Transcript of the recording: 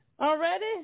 already